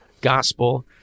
gospel